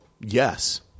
yes